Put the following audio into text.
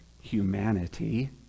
humanity